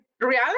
reality